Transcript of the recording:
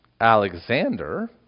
Alexander